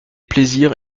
plaisirs